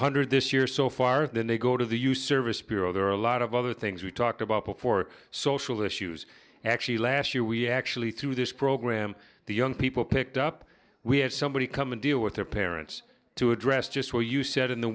hundred this year so far then they go to the you service bureau there are a lot of other things we talked about before social issues actually last year we actually through this program the young people picked up we have somebody come and deal with their parents to address just what you said in the